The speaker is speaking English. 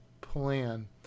plan